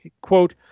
quote